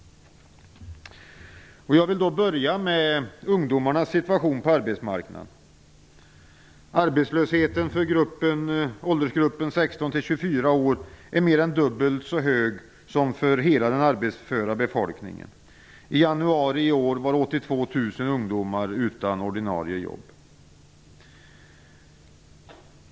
Jag vill börja med ungdomarnas situation på arbetsmarknaden. Arbetslösheten för åldersgruppen 16 24 år är mer än dubbelt så hög som för hela den arbetsföra befolkningen. I januari i år var 82 000 ungdomar utan ordinarie jobb.